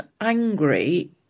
angry